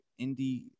indie